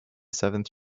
seventh